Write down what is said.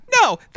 no